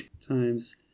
times